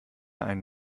ein